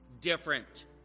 different